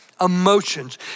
Emotions